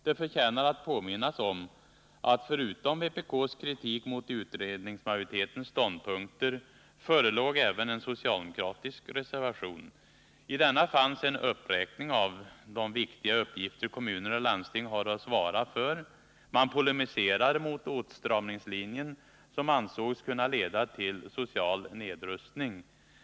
Det förtjänar att påminnas om att förutom vpk:s kritik mot utredningsmajoritetens ståndpunkter förelåg även en socialdemokratisk reservation. I denna fanns en uppräkning av de viktiga uppgifter kommuner och landsting har att svara för. Man polemiserade mot åtstramningslinjen, som ansågs kunna leda till social nedrustning.